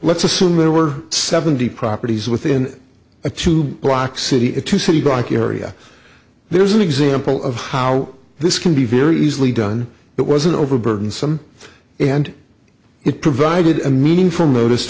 let's assume there were seventy properties within a two block city to city block area there is an example of how this can be very easily done that wasn't overburdensome and it provided a meaningful notice